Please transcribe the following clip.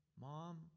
mom